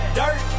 dirt